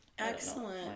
Excellent